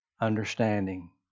understanding